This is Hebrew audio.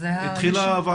הוועדה התחילה?